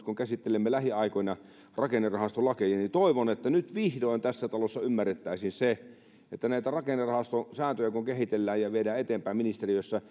kun käsittelemme lähiaikoina rakennerahastolakeja että nyt vihdoin tässä talossa ymmärrettäisiin se että kun näitä rakennerahastosääntöjä kehitellään ja viedään eteenpäin ministeriössä